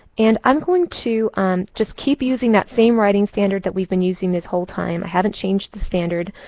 and i'm going to um just keep using that same writing standard that we've been using this whole time. i haven't changed the standard.